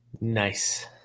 Nice